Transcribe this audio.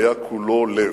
הוא היה כולו לב.